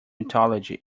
mythology